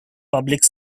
public